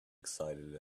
excited